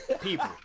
People